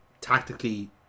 tactically